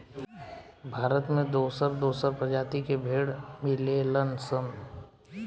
भारत में दोसर दोसर प्रजाति के भेड़ मिलेलन सन